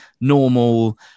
normal